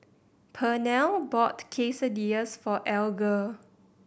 Pernell bought Quesadillas for Alger